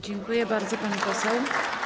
Dziękuję bardzo, pani poseł.